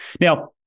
Now